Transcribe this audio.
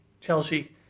Chelsea